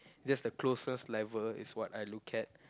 that's the closest level is what I look at